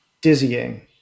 dizzying